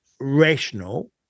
rational